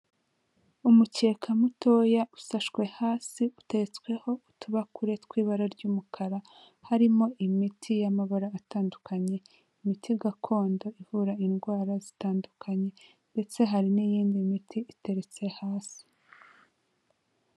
Umukeka mutoya usashwe hasi uteretsweho utubakure tw'ibara ry'umukara, harimo imiti y'amabara atandukanye, imiti gakondo ivura indwara zitandukanye ndetse hari n'iyindi miti iteretse hasi.